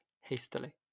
hastily